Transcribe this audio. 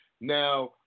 Now